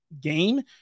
game